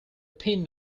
pin